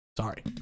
Sorry